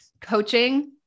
coaching